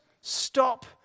stop